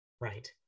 Right